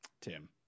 Tim